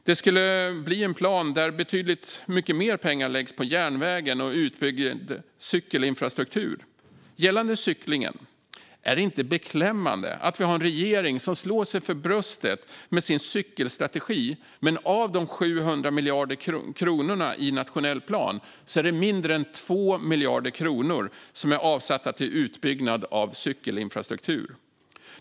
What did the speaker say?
Det skulle bli en plan där betydligt mer pengar läggs på järnvägen och utbyggd cykelinfrastruktur. Gällande cyklingen: Är det inte beklämmande att vi har en regering som slår sig för bröstet med sin cykelstrategi när mindre än 2 miljarder kronor av de 700 miljarder kronorna i nationell plan är avsatta till utbyggnad av cykelinfrastruktur?